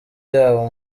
yabo